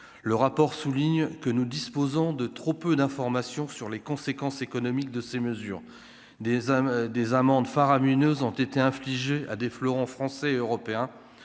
le rapport souligne que nous disposons de trop peu d'informations sur les conséquences économiques de ces mesures, des hommes, des amendes faramineuses ont été infligées à des fleurons français et européens